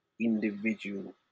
individual